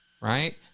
right